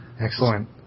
Excellent